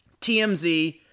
TMZ